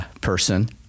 person